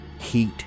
Heat